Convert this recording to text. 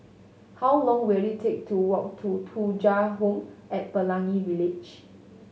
how long will it take to walk to Thuja Home at Pelangi Village